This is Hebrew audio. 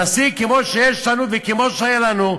הנשיא, כמו שיש לנו וכמו שהיה לנו,